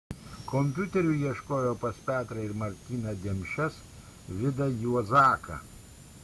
kompiuterių ieškojo pas petrą ir martyną demšes vidą juozaką